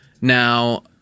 Now